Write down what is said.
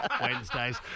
Wednesdays